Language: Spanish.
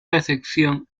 recepción